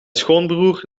schoonbroer